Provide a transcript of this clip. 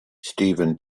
steven